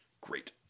great